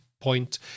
point